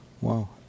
Wow